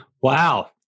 Wow